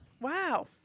Wow